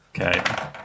Okay